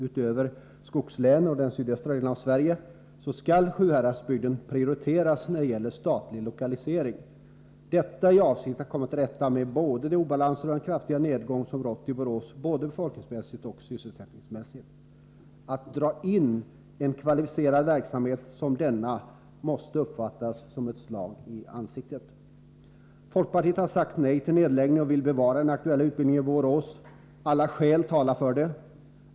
Utöver skogslänen och den sydöstra delen av Sverige skall Sjuhäradsbygden prioriteras när det gäller statlig lokalisering — detta i avsikt att komma till rätta med de obalanser som rått och den kraftiga nedgång som ägt rum i Borås, både befolkningsmässigt och sysselsättningsmässigt. Att man drar in en kvalificerad verksamhet som denna måste uppfattats som ett slag i ansiktet. Folkpartiet har sagt nej till nedläggningen och vill bevara den aktuella utbildningen i Borås. Alla skäl talar för det.